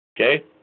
Okay